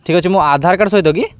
ଠିକ ଅଛି ମୁଁ ଆଧାରକାର୍ଡ଼ ସହିତ କି